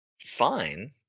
fine